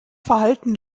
verhalten